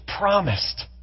promised